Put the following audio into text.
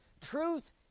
truth